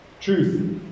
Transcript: Truth